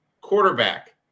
quarterback